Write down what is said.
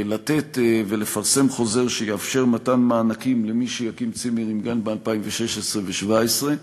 לתת ולפרסם חוזר שיאפשר מתן מענקים למי שיקים צימרים גם ב-2016 ו-2017.